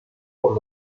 por